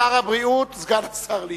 שר הבריאות, סגן השר ליצמן,